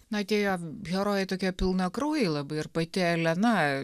na tie jo herojai tokie pilnakraujai labai ir pati elena